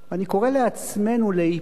אני קורא לעצמנו לאיפוק,